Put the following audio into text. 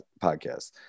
Podcast